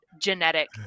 genetic